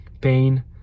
pain